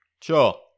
sure